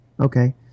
okay